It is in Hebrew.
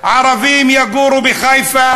ערבים יגורו בחיפה,